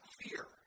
fear